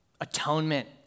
Atonement